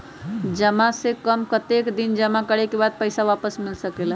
काम से कम कतेक दिन जमा करें के बाद पैसा वापस मिल सकेला?